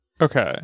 okay